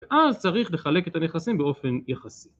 ‫ואז צריך לחלק את הנכסים ‫באופן יחסי.